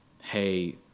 hey